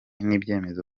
n’icyemezo